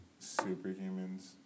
superhumans